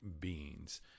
beings